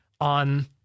on